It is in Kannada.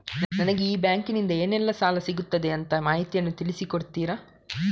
ನನಗೆ ಈ ಬ್ಯಾಂಕಿನಲ್ಲಿ ಏನೆಲ್ಲಾ ಸಾಲ ಸಿಗುತ್ತದೆ ಅಂತ ಮಾಹಿತಿಯನ್ನು ತಿಳಿಸಿ ಕೊಡುತ್ತೀರಾ?